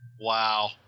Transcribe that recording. Wow